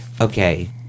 okay